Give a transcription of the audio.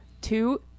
Two